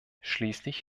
schließlich